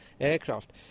aircraft